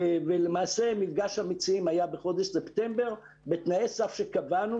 ולמעשה מפגש המציעים היה בחודש ספטמבר בתנאי סף שקבענו.